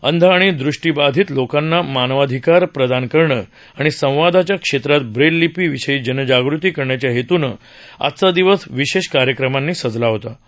अंध आणि दृष्टिबाधित लोकांना मानवाधिकार प्रदान करणं आणि संवादाच्या क्षेत्रात ब्रेल लिपी विषयी जनजागृती करण्याच्या हेतूनं आजचा दिवस विशेष कार्यक्रमांनी साजरा केला जातो